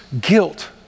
guilt